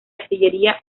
artillería